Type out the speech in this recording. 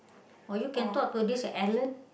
or you can talk to this Alan